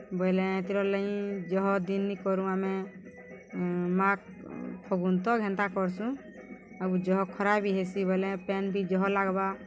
ବଏଲେ ଏଥିର୍ଲାଗି ଜହ ଦିନ୍ ନି କରୁ ଆମେ ମାଘ୍ ଫଗୁନ୍ ତକ୍ ହେନ୍ତା କର୍ସୁଁ ଆଉ ଜହ ଖରା ବି ହେସି ବଏଲେ ପେନ୍ ବି ଜହ ଲାଗ୍ବା